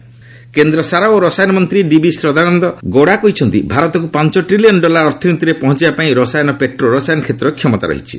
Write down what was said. Gowda Indian chemicals କେନ୍ଦ୍ର ସାର ଓ ରସାୟନ ମନ୍ତ୍ରୀ ଡିବି ସଦାନନ୍ଦ ଗୌଡ଼ା କହିଛନ୍ତି ଭାରତକୁ ପାଞ୍ଚ ଟ୍ରିଲିୟନ୍ ଡଲାର ଅର୍ଥନୀତିରେ ପହଞ୍ଚାଇବା ପାଇଁ ରସାୟନ ଓ ପେଟ୍ରୋ ରସାୟନ କ୍ଷେତ୍ରର କ୍ଷମତା ରହିଛି